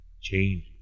change